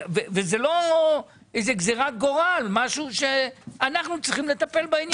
זאת לא גזרת גורל, זה משהו שאנחנו צריכים לטפל בו.